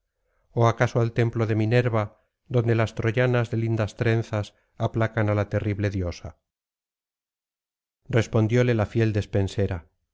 o acaso al templo de mi nerva donde las troyanas de lindas trenzas aplacan á la terrible diosa respondióle la fiel despensera